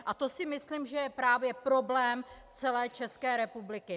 A to si myslím, že je právě problém celé České republiky.